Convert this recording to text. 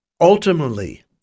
Ultimately